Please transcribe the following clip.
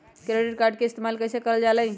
Credit card के इस्तेमाल कईसे करल जा लई?